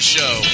Show